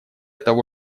того